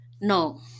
No